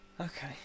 Okay